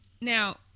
now